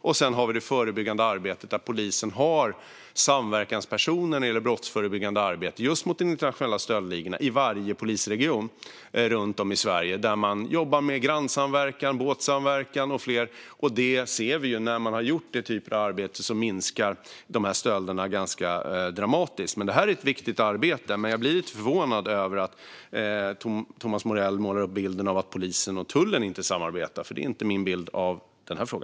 Och sedan har vi det förebyggande arbetet där polisen har samverkanspersoner när det gäller brottsförebyggande arbete just mot de internationella stöldligorna i varje polisregion runt om i Sverige. Där jobbar man med grannsamverkan, båtsamverkan och fler saker, och vi ser att när man gör den typen av arbete minskar stölderna ganska dramatiskt. Detta är ett viktigt arbete. Jag blir lite förvånad över att Thomas Morell målar upp bilden att tullen och polisen inte samarbetar. Det är inte min bild i denna fråga.